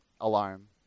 alarm